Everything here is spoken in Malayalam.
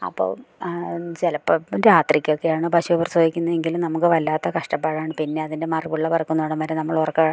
അപ്പോൾ ചിലപ്പം രാത്രിക്കൊക്കെയാണ് പശു പ്രസവിക്കുന്നെങ്കിൽ നമുക്ക് വല്ലാത്ത കഷ്ടപ്പാടാണ് പിന്നെ അതിൻ്റെ മറുപിള്ള പിറക്കുന്നിടം വരെ നമ്മളുറക്കം